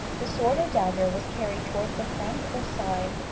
the sword or dagger was carried towards the front or side,